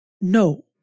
No